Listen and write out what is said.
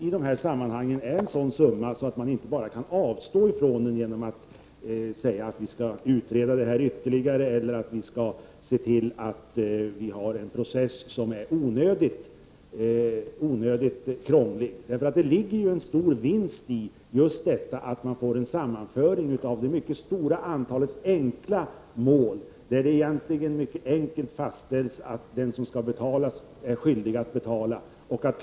I de här sammanhangen är det en summa som man inte kan avstå från genom att säga att vi skall utreda frågan ytterligare eller genom att se till att vi har en process som är onödigt krånglig. Det ligger ju en stor vinst i just detta att man får en sammanföring av det mycket stora antalet enkla mål, där man mycket enkelt kan fastställa att den som är skyldig att betala skall betala.